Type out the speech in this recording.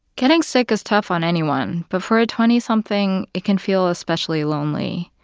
getting sick is tough on anyone. but for a twenty something, it can feel especially lonely.